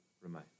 remain